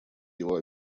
его